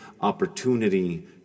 opportunity